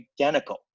identical